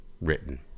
written